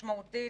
משמעותית.